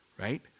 Right